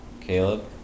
Caleb